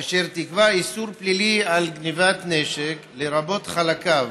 אשר תקבע איסור פלילי של גנבת נשק, לרבות חלקיו,